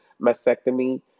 mastectomy